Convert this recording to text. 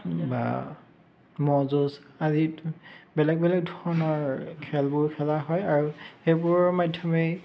বা মহ যুঁজ আদি বেলেগ বেলেগ ধৰণৰ খেলবোৰ খেলা হয় আৰু সেইবোৰৰ মাধ্যমে